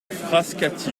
frascati